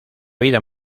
vida